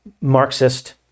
Marxist